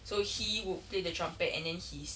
so he would play the trumpet and then his